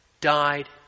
died